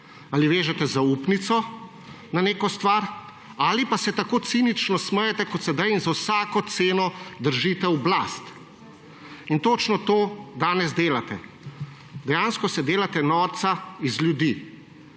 ali vežete zaupnico na neko stvar ali pa se tako cinično smejete kot sedaj in za vsako ceno držite oblast. In točno to danes delate. Dejansko se delate norca iz ljudi,